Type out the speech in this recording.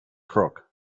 crook